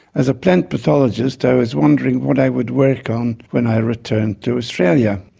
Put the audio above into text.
as a plant pathologist, i was wondering what i would work on when i returned to australia.